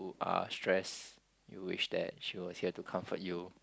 you are stressed you wish that she was here to comfort you